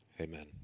Amen